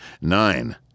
Nine